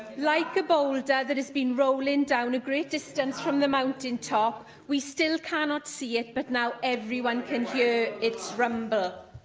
like a boulder that has been rolling down a great distance from the mountaintop, we still cannot see it, but now everyone can hear its rumble.